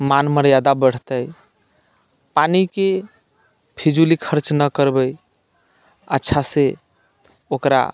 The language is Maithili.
मान मर्यादा बढ़तै पानिके फिजूलखर्च नहि करबै अच्छासँ ओकरा